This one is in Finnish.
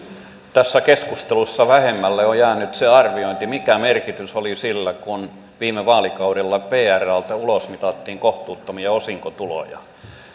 tässä keskustelussa vähemmälle on jäänyt se arviointi mikä merkitys oli sillä kun viime vaalikaudella vrltä ulosmitattiin kohtuuttomia osinkotuloja